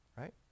Right